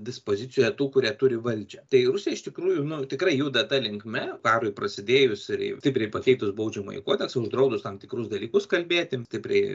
dispozicijoje tų kurie turi valdžią tai rusija iš tikrųjų nu tikrai juda ta linkme karui prasidėjus ir jai stipriai pakeitus baudžiamąjį kodeksą uždraudus tam tikrus dalykus kalbėti stipriai